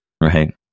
right